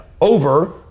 over